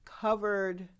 covered